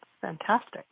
Fantastic